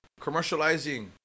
commercializing